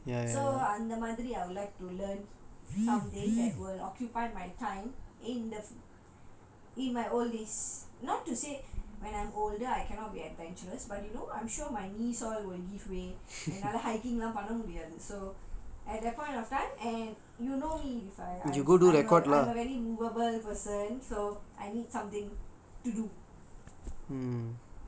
so அந்த மாதிரி:antha maathiri I would like to learn something that will occupy my time in the fu~ in my old days not to say when I'm older I cannot be adventurous but you know I'm sure my knees all will give way in other hiking லாம் பண்ண முடியாது:laam panna mudiyathu so at that point of time and you know me if I I I'm a I'm a very movable person so I need something to do